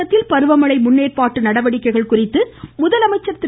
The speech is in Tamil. தமிழகத்தில் பருவமழை முன்னேற்பாட்டு நடவடிக்கைகள் குறித்து முதலமைச்சர் திரு